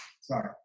Sorry